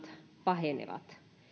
pahenevat